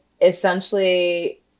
essentially